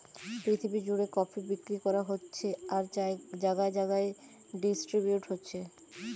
পৃথিবী জুড়ে কফি বিক্রি করা হচ্ছে আর জাগায় জাগায় ডিস্ট্রিবিউট হচ্ছে